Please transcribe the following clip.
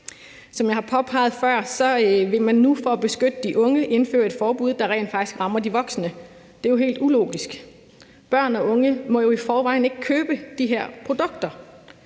Som jeg har påpeget før, vil man nu for at beskytte de unge indføre et forbud, der rent faktisk rammer de voksne. Det er jo helt ulogisk. Børn og unge må jo i forvejen ikke købe de her produkter,